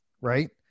right